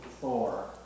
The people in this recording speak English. Thor